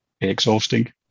exhausting